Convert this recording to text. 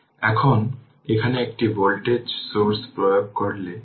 সুতরাং এটি একটি খুব আকর্ষণীয় প্রব্লেম